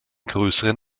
größeren